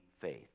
faith